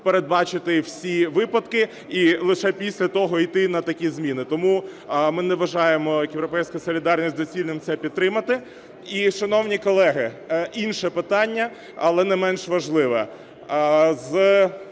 передбачити всі випадки і лише після того іти на такі зміни. Тому ми не вважаємо як "Європейська солідарність" доцільним це підтримати. І, шановні колеги, інше питання, але не менш важливе.